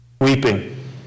Weeping